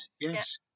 yes